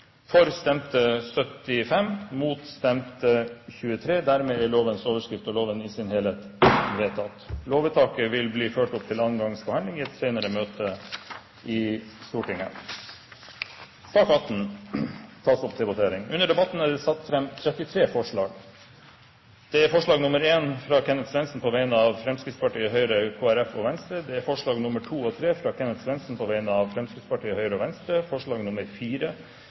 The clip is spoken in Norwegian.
lovens overskrift og loven i sin helhet. Fremskrittspartiet har varslet at de vil stemme imot. Lovvedtaket vil bli ført opp til andre gangs behandling i et senere møte i Stortinget. Under debatten er det satt fram 33 forslag. Det er forslag nr. 1, fra Kenneth Svendsen på vegne av Fremskrittspartiet, Høyre, Kristelig Folkeparti og Venstre forslagene nr. 2 og 3, fra Kenneth Svendsen på vegne av Fremskrittspartiet, Høyre og Venstre forslag